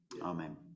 Amen